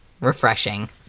Refreshing